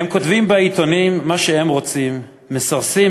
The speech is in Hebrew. "הם כותבים בעיתונים מה שהם רוצים / מסרסים,